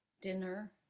dinner